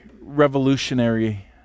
revolutionary